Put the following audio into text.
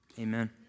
Amen